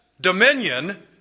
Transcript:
dominion